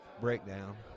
breakdown